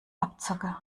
abzocke